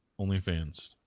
OnlyFans